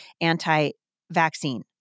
anti-vaccine